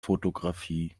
fotografie